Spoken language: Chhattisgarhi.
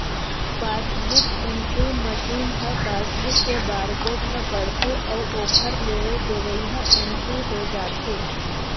पासबूक एंटरी मसीन ह पासबूक के बारकोड ल पड़थे अउ ओखर लेवई देवई ह इंटरी हो जाथे